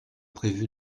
prévues